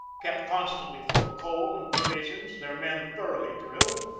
kept constantly full of coal and provisions, their men thoroughly drilled,